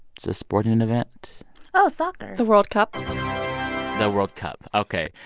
it's a sporting and event oh, soccer the world cup the world cup ok.